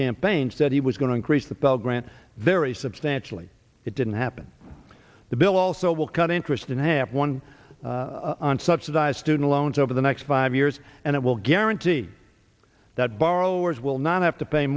campaigns said he was going to increase the pell grant very substantially it didn't happen the bill also will cut interest in half one on subsidized student loans over the next five years and it will guarantee that borrowers will not have to pay